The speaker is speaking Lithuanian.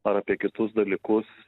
ar apie kitus dalykus